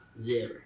Zero